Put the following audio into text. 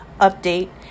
update